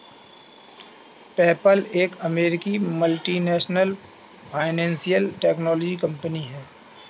PayPal एक अमेरिकी multinational financial technology company है